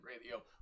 Radio